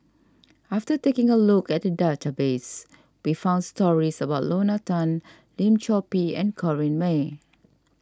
after taking a look at the database we found stories about Lorna Tan Lim Chor Pee and Corrinne May